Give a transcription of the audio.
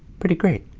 pretty great.